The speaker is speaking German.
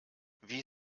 wie